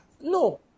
No